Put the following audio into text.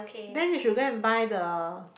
then you should go and buy the